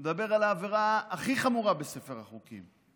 אני מדבר על העבירה הכי חמורה בספר החוקים.